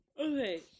Okay